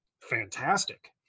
fantastic